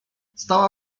stała